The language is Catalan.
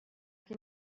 qui